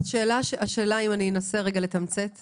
אני אנסה לתמצת את השאלה.